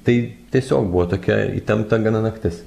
tai tiesiog buvo tokia įtempta gana naktis